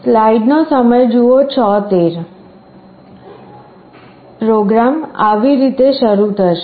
programme આવી રીતે શરૂ થશે